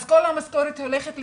אז כל המשכורת הולכת לשם,